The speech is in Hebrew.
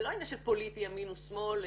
זה לא עניין של פוליטי ימין או שמאל,